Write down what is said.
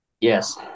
Yes